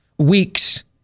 weeks